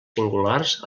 singulars